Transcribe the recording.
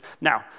Now